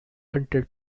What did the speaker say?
until